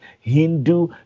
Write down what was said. Hindu